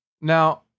Now